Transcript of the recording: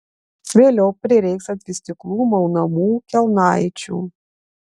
vėliau prireiks ant vystyklų maunamų kelnaičių